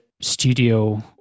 studio